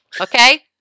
Okay